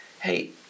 hey